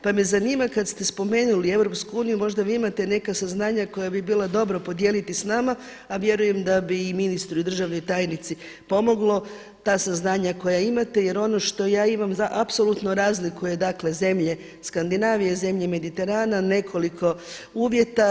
Pa me zanima kad ste spomenuli Europsku uniju možda vi imate neka saznanja koja bi bilo dobro podijeliti s nama a vjerujem da bi i ministru i državnoj tajnici pomoglo ta saznanja koja imate jer ono što ja imam za apsolutno razlikuje zemlje skandinavije, zemlje mediterana nekoliko uvjeta.